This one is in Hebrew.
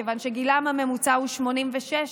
מכיוון שגילם הממוצע הוא 86,